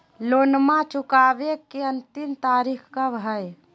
लोनमा चुकबे के अंतिम तारीख कब हय?